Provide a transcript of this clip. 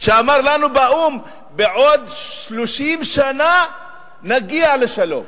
שאמר לנו באו"ם: בעוד 30 שנה נגיע לשלום,